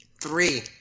three